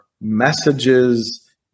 messages